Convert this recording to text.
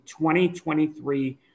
2023